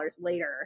later